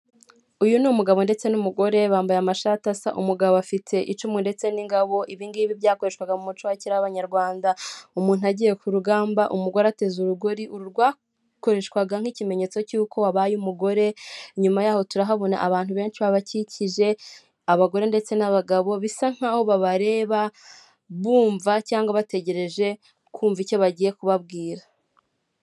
Uyu ni umugabo ndetse n'umugore, bambaye amashati asa, umugabo afite icumu ndetse n'ingabo. Ibingibi byakoreshwaga mu muco wa kera w'abanyarwanda umuntu agiye ku rugamba. Umugore ateze urugori. Uru rwakoreshwaga nk'ikimenyetso cy'uko wabaye umugore. Inyuma yaho turahabona abantu benshi babakikije, abagore ndetse n'abagabo, bisa nk'aho babareba bumva cyangwa bategereje kumva icyo bagiye kubabwira.